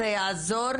זה יעזור,